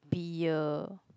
beer